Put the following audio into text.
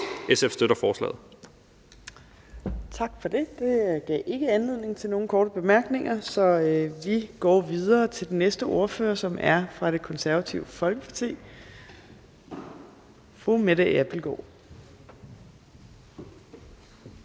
(Trine Torp): Tak for det. Det gav ikke anledning til nogen korte bemærkninger, så vi går videre til den næste ordfører, som er fru Mette Abildgaard fra Det Konservative